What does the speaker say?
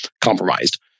compromised